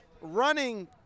running